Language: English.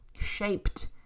shaped